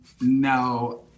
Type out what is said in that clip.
no